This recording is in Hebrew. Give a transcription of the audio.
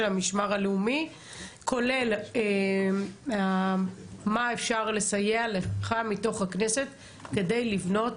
המשמר הלאומי כולל מה אפשר לסייע לך מתוך הכנסת כדי לבנות